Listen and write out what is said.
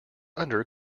under